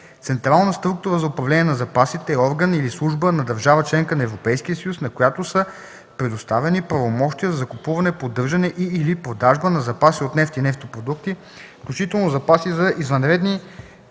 „Централна структура за управление на запасите” е орган или служба на държава – членка на Европейския съюз, на която са предоставени правомощия за закупуване, поддържане и/или продажба на запаси от нефт и нефтопродукти, включително запаси за извънредни ситуации